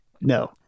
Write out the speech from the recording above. No